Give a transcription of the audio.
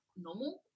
normal